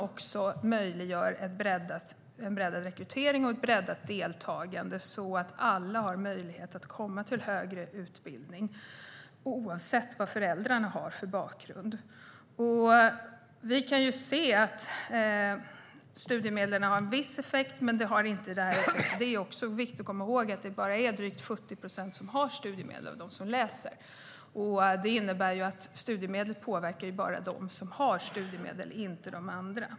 Det möjliggör en breddad rekrytering och ett breddat deltagande så att alla som vill kan komma till högre utbildning oavsett föräldrarnas bakgrund. Vi ser att studiemedlen har viss effekt, men det är viktigt att komma ihåg att bara drygt 70 procent av dem som läser har studiemedel. Det innebär att studiemedlen bara påverkar dem som har studiemedel, inte de andra.